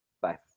Bye